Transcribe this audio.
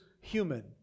human